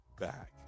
back